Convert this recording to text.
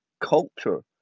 culture